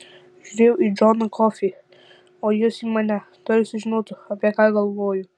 žiūrėjau į džoną kofį o jis į mane tarsi žinotų apie ką galvoju